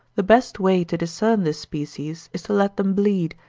the best way to discern this species, is to let them bleed,